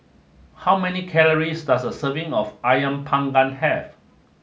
how many calories does a serving of Ayam panggang have